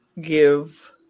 give